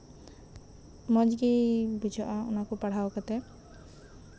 ᱢᱚᱸᱡᱽ ᱜᱮ ᱵᱩᱡᱷᱟᱹᱜᱼᱟ ᱚᱱᱟ ᱠᱚ ᱯᱟᱲᱦᱟᱣ ᱠᱟᱛᱮᱫ